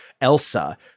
Elsa